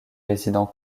résident